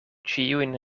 ĉiujn